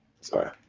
Sorry